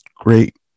great